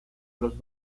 los